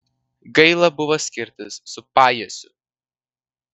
gaila buvo skirtis su pajiesiu